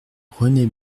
rené